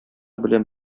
белән